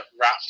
wrap